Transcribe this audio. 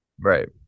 Right